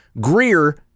Greer